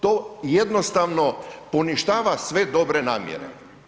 To jednostavno poništava sve dobre namjere.